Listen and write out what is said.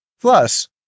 Plus